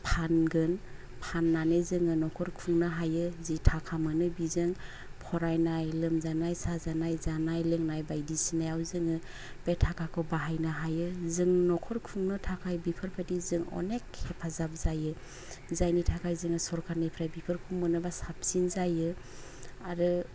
फानगोन फान्नानै जोङो नखर खुंनो हायो जि थाखा मोनो बिजों फरायनाय लोमजानाय साजानाय जानाय लोंनाय बायदिसिनायाव जोङो बे थाखाखौ बाहायनो हायो जों नखर खुंनो थाखाय बेफोर बादि जों अनेक हेफाजाब जायो जायनि थाखाय जों सरकारनिफ्राय बिफोरखौ मोनोबा साबसिन जायो आरो